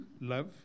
love